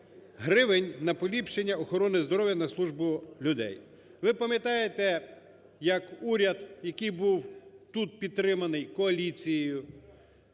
гривень на поліпшення охорони здоров'я, на службу людей. Ви пам'ятаєте, як уряд, який був тут підтриманий коаліцією,